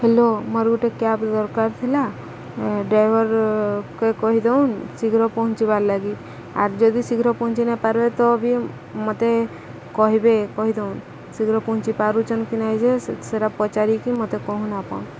hello ମୋର ଗୋଟେ cab ଦରକାର ଥିଲା ଡ୍ରାଇଭର କେ କହିଦଉନ୍ ଶୀଘ୍ର ପହଞ୍ଚିବାର୍ ଲାଗି ଆର୍ ଯଦି ଶୀଘ୍ର ପହଞ୍ଚି ନାଇ ପାରିବେ ତ ବି ମୋତେ କହିବେ କହିଦଉନ୍ ଶୀଘ୍ର ପହଞ୍ଚି ପାରୁଚନ୍ କି ନାହିଁ ଯେ ସେଇଟା ପଚାରିକି ମୋତେ କହୁନ୍ ଆପଣ